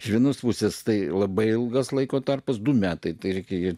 iš vienos pusės tai labai ilgas laiko tarpas du metai tai reikia ir